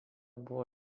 buvo